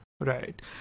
Right